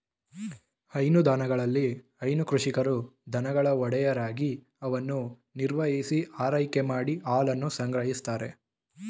ಹೈನುದಾಣಗಳಲ್ಲಿ ಹೈನು ಕೃಷಿಕರು ದನಗಳ ಒಡೆಯರಾಗಿ ಅವನ್ನು ನಿರ್ವಹಿಸಿ ಆರೈಕೆ ಮಾಡಿ ಹಾಲನ್ನು ಸಂಗ್ರಹಿಸ್ತಾರೆ